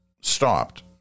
stopped